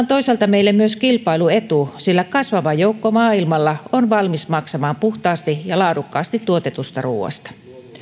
toisaalta meille myös kilpailuetu sillä kasvava joukko maailmalla on valmis maksamaan puhtaasti ja laadukkaasti tuotetusta ruuasta